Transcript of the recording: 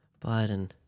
Biden